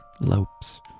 Lopes